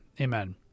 Amen